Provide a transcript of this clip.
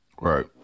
Right